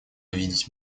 видеть